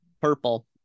Purple